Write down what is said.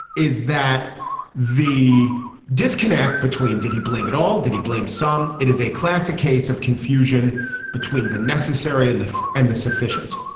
is that the disconnect between did he blame it all? did he blames some? it is a classic case of confusion between the necessary necessary and the and the sufficient.